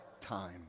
time